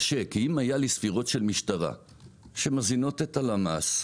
כי אם היה לי ספירות של משטרה שמזינות את הלמ"ס,